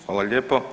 Hvala lijepo.